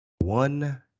One